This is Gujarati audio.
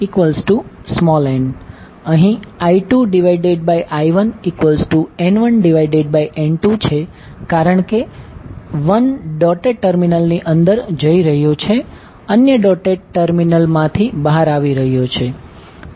અહીં I2I1N1N2 છે કારણ કે 1 ડોટેડ ટર્મિનલની અંદર જઈ રહ્યો છે અન્ય ડોટેડ ટર્મિનલ માંથી બહાર આવી રહ્યો છે